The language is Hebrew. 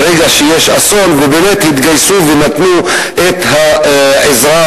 כי ברגע שיש אסון באמת התגייסו ונתנו את העזרה.